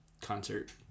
concert